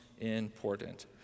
important